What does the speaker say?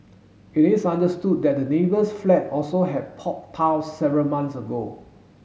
it is understood that the neighbour's flat also had popped tiles several months ago